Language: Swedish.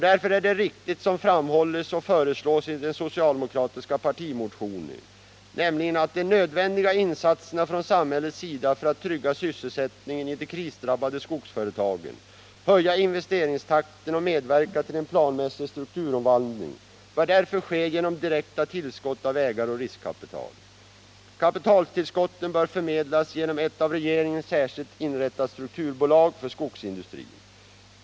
Därför är det riktigt som framhålls och föreslås i den socialdemokratiska partimotionen: ”De nödvändiga insatserna från samhällets sida för att trygga sysselsättningen i de krisdrabbade skogsföretagen, höja investeringstakten och medverka till en planmässig strukturomvandling bör därför ske genom direkta tillskott av ägaroch riskkapital. Kapitaltillskotten bör förmedlas genom ett av regeringen särskilt inrättat strukturbolag för skogsindustrin.